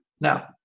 now